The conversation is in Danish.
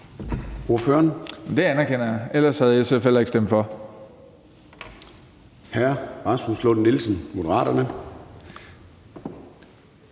Det anerkender jeg; ellers havde SF heller ikke stemt for.